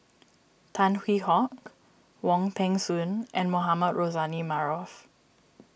Tan Hwee Hock Wong Peng Soon and Mohamed Rozani Maarof